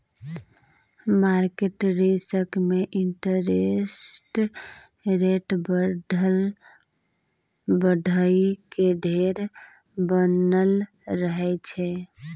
market risk में interest rate बढ़इ के डर बनल रहइ छइ